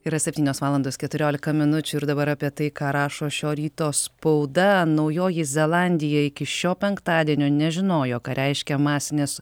yra septynios valandos keturiolika minučių ir dabar apie tai ką rašo šio ryto spauda naujoji zelandija iki šio penktadienio nežinojo ką reiškia masinės